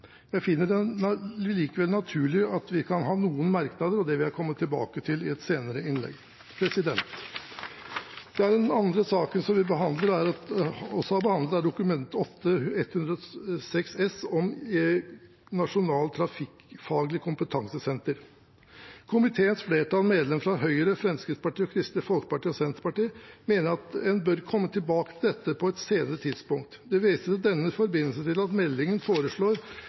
Jeg finner det likevel naturlig at vi kan ha noen merknader, og det vil jeg komme tilbake til i et senere innlegg. Den andre saken vi behandler, er Dokument 8:106 S for 2015–2016 om et nasjonalt trafikkfaglig kompetansesenter. Hele komiteen, medlemmene fra Arbeiderpartiet, Høyre, Fremskrittspartiet, Kristelig Folkeparti, Senterpartiet og Venstre, mener at en bør komme tilbake til dette på et senere tidspunkt. Det vises i den forbindelse til at meldingen foreslår